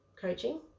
coaching